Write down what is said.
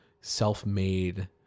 self-made